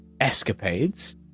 escapades